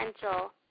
potential